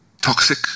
toxic